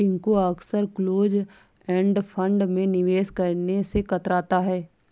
टिंकू अक्सर close end fund में निवेश करने से कतराता है